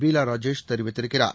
பீலா ராஜேஷ் தெரிவித்திருக்கிறார்